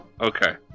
Okay